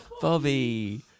Bobby